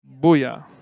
Booyah